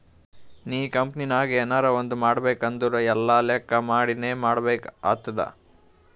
ನೀ ಕಂಪನಿನಾಗ್ ಎನರೇ ಒಂದ್ ಮಾಡ್ಬೇಕ್ ಅಂದುರ್ ಎಲ್ಲಾ ಲೆಕ್ಕಾ ಮಾಡಿನೇ ಮಾಡ್ಬೇಕ್ ಆತ್ತುದ್